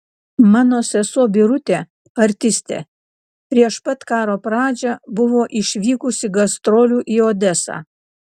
mano sesuo birutė artistė prieš pat karo pradžią buvo išvykusi gastrolių į odesą